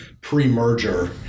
pre-merger